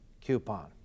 coupon